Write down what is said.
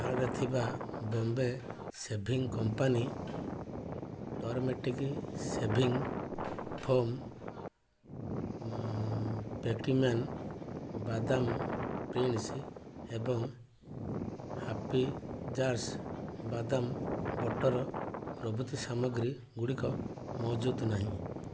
କାର୍ଟ୍ରେ ଥିବା Bombay shaving company turmeric shaving foam Cookieman ବାଦାମ ଫିଙ୍ଗର୍ସ୍ ଏବଂ ହାପୀ ଜାର୍ସ ବାଦାମ ବଟର୍ ପ୍ରଭୃତି ସାମଗ୍ରୀଗୁଡ଼ିକ ମହଜୁଦ ନାହିଁ